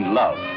love